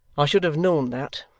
i should have known that,